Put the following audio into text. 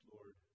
Lord